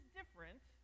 different